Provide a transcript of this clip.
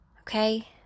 Okay